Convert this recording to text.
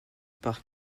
par